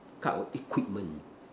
type of equipment